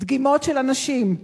דגימות של אנשים,